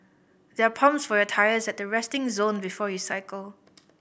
there are pumps for your tyres at the resting zone before you cycle